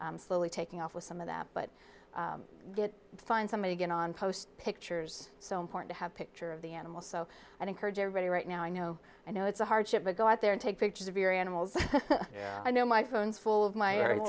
slowly taking off with some of that but i did find somebody going on post pictures so important to have picture of the animal so i encourage everybody right now i know i know it's a hardship to go out there and take pictures of your animals and i know my phone's full of my